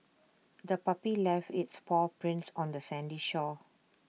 the puppy left its paw prints on the sandy shore